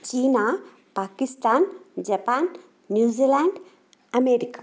China Pakistan Japan New Zealand America